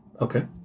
Okay